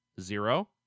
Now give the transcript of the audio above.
Zero